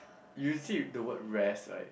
you see the word rest right